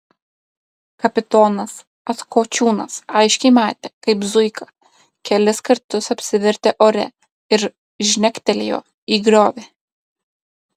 kapitonas atkočiūnas aiškiai matė kaip zuika kelis kartus apsivertė ore ir žnektelėjo į griovį